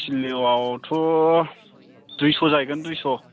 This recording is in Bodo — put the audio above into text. किल'आवथ' दुइस' जाहैगोन दुइस'